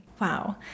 Wow